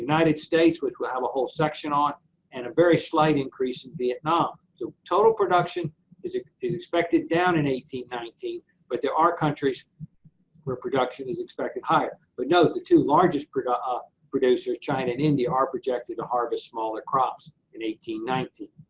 united state which we'll have a whole section on and a very slight increase in vietnam. total production is ah is expected down in eighteen nineteen but there are countries where production is expected higher. but note, the two largest ah producers, china and india, are projected to harvest smaller crops in eighteen nineteen.